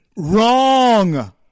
Wrong